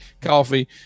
coffee